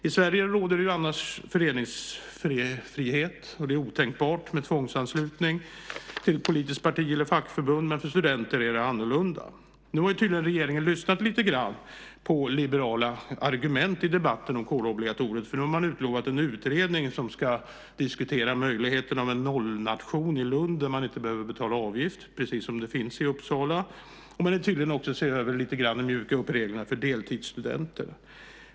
I Sverige råder annars föreningsfrihet. Det är otänkbart med tvångsanslutning till ett politiskt parti eller ett fackförbund, men för studenter är det annorlunda. Nu har regeringen tydligen lyssnat lite grann på liberala argument i debatten om kårobligatoriet, för nu har man utlovat en utredning som ska diskutera möjligheten till en nollnation i Lund där inte avgift behöver betalas, precis som det finns i Uppsala. Man vill tydligen också lite grann se över och mjuka upp reglerna för deltidsstudenter.